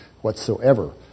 whatsoever